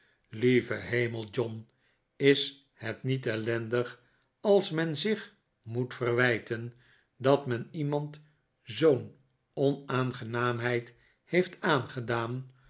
lieve hemel john is het niet ellendig als men zich moet verwijten dat men iemand zoo'n onaangenaamheid heeft aangedaan